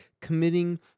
committing